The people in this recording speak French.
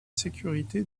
sécurité